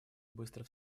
быстро